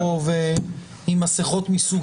הפרלמנטרי בעיני זה נכון שיש לו המון המון מטרות וסיבות,